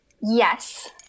yes